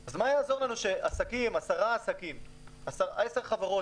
אז מה יעזור לנו שעשרה עסקים או עשר חברות